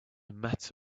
met